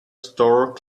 store